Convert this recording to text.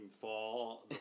fall